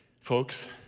folks